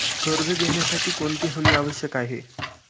कर्ज घेण्यासाठी कोणती हमी आवश्यक आहे?